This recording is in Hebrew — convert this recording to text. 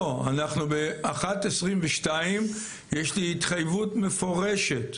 לא אנחנו ב-13:22 יש לי התחייבות מפורשת,